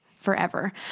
forever